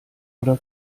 oder